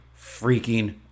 freaking